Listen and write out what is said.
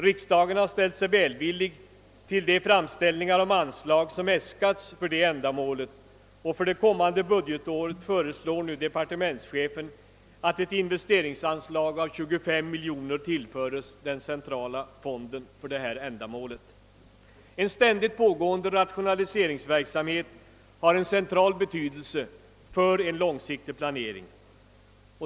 Riksdagen har ställt sig välvillig till de framställningar om anslag som äskats för det ändamålet, och för det kommande budgetåret föreslår nu departementschefen att ett investerings anslag på 25 miljoner kronor tillföres den centrala fonden för detta ändamål. En ständigt pågående rationaliseringsverksamhet har en central betydelse för en långsiktig planering.